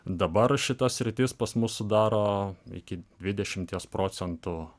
dabar šita sritis pas mus sudaro iki dvidešimties procentų